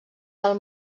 del